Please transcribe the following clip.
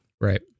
Right